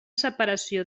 separació